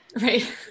Right